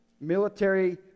military